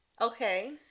Okay